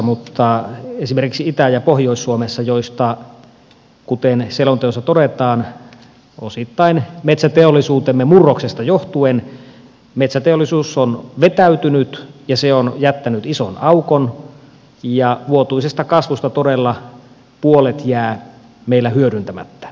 mutta esimerkiksi itä ja pohjois suomessa joista kuten selonteossa todetaan osittain metsäteollisuutemme murroksesta johtuen metsäteollisuus on vetäytynyt mikä on jättänyt ison aukon vuotuisesta kasvusta todella puolet jää meillä hyödyntämättä